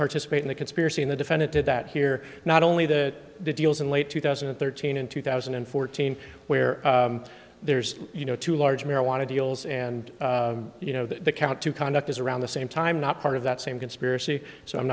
participate in a conspiracy in the defendant did that here not only that deals in late two thousand and thirteen in two thousand and fourteen where there's you know two large marijuana deals and you know the count to conduct is around the same time not part of that same conspiracy so i'm